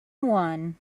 one